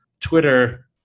Twitter